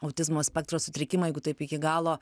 autizmo spektro sutrikimą jeigu taip iki galo